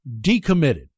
decommitted